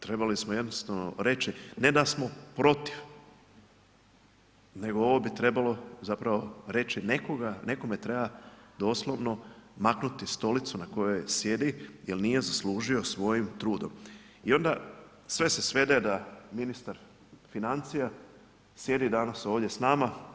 Trebali smo jednostavno reći, ne da smo protiv nego ovo bi trebalo zapravo reći, nekome treba doslovno maknuti stolicu na kojoj sjedi jer nije zaslužio svojim trudom i onda sve se svede da ministar financija sjedi danas ovdje s nama.